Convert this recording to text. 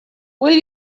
will